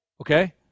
Okay